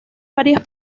varias